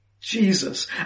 Jesus